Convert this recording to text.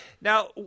Now